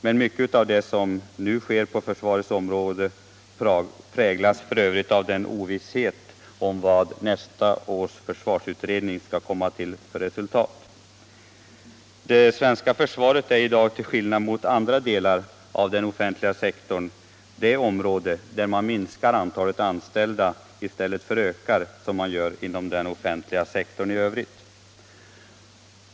Men mycket av det som nu sker på försvarets område präglas av den ovisshet som råder om vilket resultat den pågående för svarsutredningen skall komma fram till och vilket beslut riksdagen skall fatta nästa år. Det svenska försvaret är i dag ett område där man minskar antalet anställda — i stället för att öka, som man gör på den offentliga sektorn i övrigt.